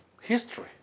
history